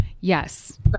yes